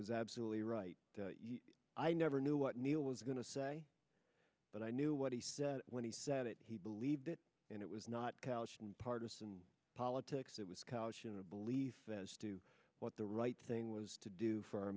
was absolutely right i never knew what neil was going to say but i knew what he said when he said it he believed it and it was not couched in partisan politics it was caution a belief as to what the right thing was to do for our